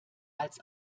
als